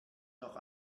noch